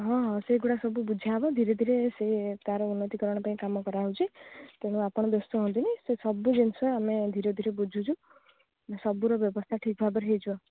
ହଁ ହଁ ସେଗୁଡ଼ା ସବୁ ବୁଝା ହେବ ଧୀରେ ଧୀରେ ସେ ତା'ର ଉନ୍ନତିକରଣ ପାଇଁ କାମ କରାହେଉଛି ତେଣୁ ଆପଣ ବ୍ୟସ୍ତ ହୁଅନ୍ତୁନି ସେ ସବୁ ଜିନିଷ ଆମେ ଧୀରେ ଧୀରେ ବୁଝୁଛୁ ସବୁର ବ୍ୟବସ୍ଥା ଠିକ୍ ଭାବରେ ହେଇଯିବ